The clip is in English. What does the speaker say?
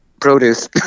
produce